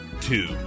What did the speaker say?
two